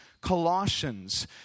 Colossians